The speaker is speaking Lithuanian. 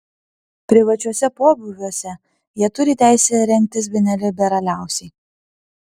privačiuose pobūviuose jie turi teisę rengtis bene liberaliausiai